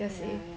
yeah yeah